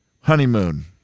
Honeymoon